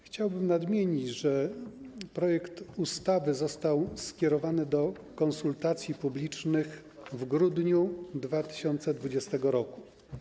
Chciałbym nadmienić, że projekt ustawy został skierowany do konsultacji publicznych w grudniu 2020 r.